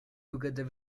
together